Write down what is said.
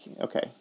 okay